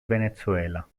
venezuela